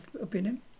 opinion